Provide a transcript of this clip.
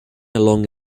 along